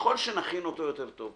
--- ככל שנכין אותו יותר טוב,